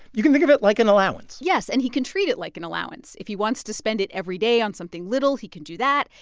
you can think of it like an allowance and he can treat it like an allowance. if he wants to spend it every day on something little, he can do that.